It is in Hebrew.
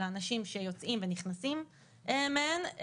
לאנשים שיוצאים ונכנסים מהן.